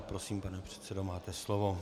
Prosím, pane předsedo, máte slovo.